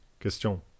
Question